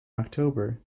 october